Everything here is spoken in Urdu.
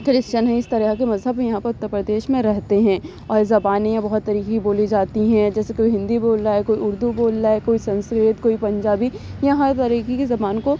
کرسچن ہے اس طرح کے مذہب ہیں یہاں پر اتر پردیش میں رہتے ہیں اور زبانیں بہت طریقے کی بولی جاتی ہیں جیسے کوئی ہندی بول رہا ہے کوئی اردو بول رہا ہے کوئی سنسکرت کوئی پنجابی یہاں ہر طریقے کی زبان کو